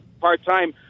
Part-time